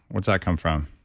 what's that come from?